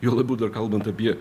juo labiau dar kalbant apie